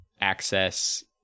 access